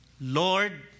Lord